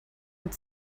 und